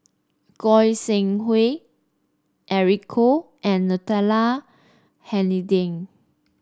Goi Seng Hui Eric Khoo and Natalie Hennedige